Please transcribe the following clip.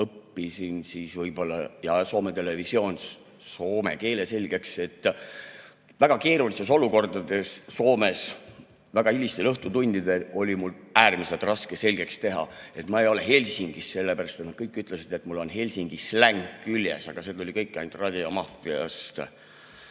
see ja siis võib-olla Soome televisioon, kust ma õppisin soome keele selgeks. Väga keerulistes olukordades Soomes väga hilistel õhtutundidel oli mul äärmiselt raske selgeks teha, et ma ei ole Helsingist, sellepärast et nad kõik ütlesid, et mul on Helsingi släng küljes, aga see tuli kõik ainult Radiomafiast.